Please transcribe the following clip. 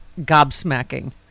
gobsmacking